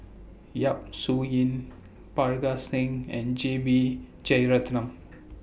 Yap Su Yin Parga Singh and J B Jeyaretnam